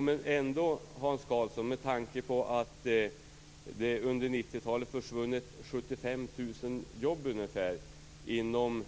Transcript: Fru talman! Med tanke på, Hans Karlsson, att det under 90-talet försvunnit ungefär 75 000 jobb inom